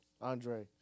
Andre